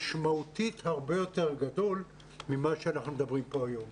משמעותית הרבה יותר גדול ממה שאנחנו מדברים פה היום,